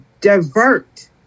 divert